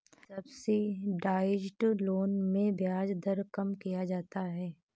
subsidised loan में ब्याज दर कम किया जाता है